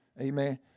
Amen